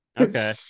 Okay